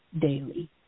daily